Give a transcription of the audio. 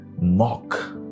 mock